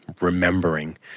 remembering